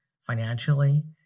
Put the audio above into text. financially